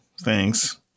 thanks